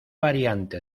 variante